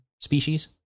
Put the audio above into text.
species